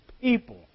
people